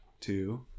two